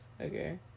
Okay